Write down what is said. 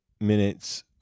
minutes